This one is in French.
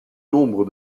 nombre